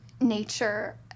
nature